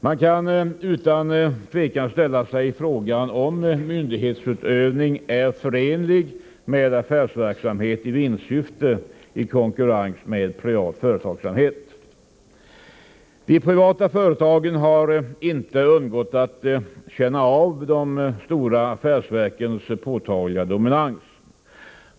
Man kan utan tvivel ställa sig frågan om myndighetsutövning är förenlig med affärsverksamhet i vinstsyfte i konkurrens med privat företagsamhet. De privata företagen har inte undgått att känna av de stora affärsverkens påtagliga dominans.